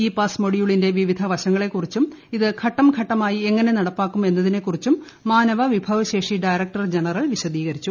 E pass മോഡ്യൂളിന്റെ വിവിധ വശങ്ങളെക്കുറിച്ചും ഇത് ഘട്ടംഘട്ടമായി എങ്ങനെ നടപ്പാക്കും എന്നതിനെക്കുറിച്ചും മാനവവിഭവശേഷി ഡയറക്ടർ ജനറൽ വിശദീകരിച്ചു